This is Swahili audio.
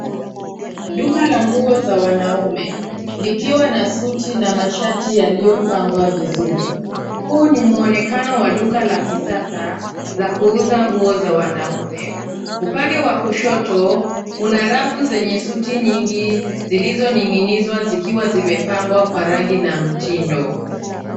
Duka la nguo za wanaume likiwa na suti na mashati yaliyopangwa vizuri. Huu ni mwonekano wa duka la kisasa la kuuza nguo za wanaume. Upande wa kushoto, kuna rafu zenye suti nyingi zilizoning'inizwa zikiwa zimepangwa kwa rangi na mtindo.